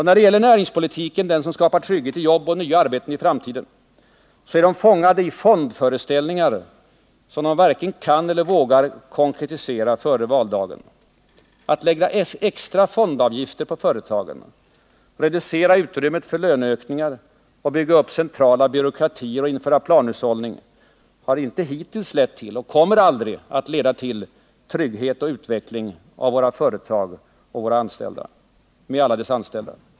När det gäller näringspolitiken — den som skapar trygghet i jobben och nya arbeten i framtiden —är de fångade i tvångsföreställningar, som de varken kan eller vågar konkretisera före valdagen. Att lägga extra fondavgifter på företagen, reducera utrymmet för löneökningar, bygga upp centrala byråkratier och införa planhushållning har inte hittills lett till och kommer aldrig att leda till trygghet och utveckling av våra företag och alla deras anställda.